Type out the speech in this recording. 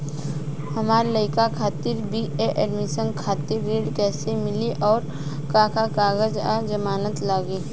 हमार लइका खातिर बी.ए एडमिशन खातिर ऋण कइसे मिली और का का कागज आ जमानत लागी?